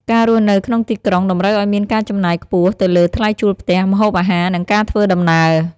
ការរស់នៅក្នុងទីក្រុងតម្រូវឱ្យមានការចំណាយខ្ពស់ទៅលើថ្លៃជួលផ្ទះ ម្ហូបអាហារ និងការធ្វើដំណើរ។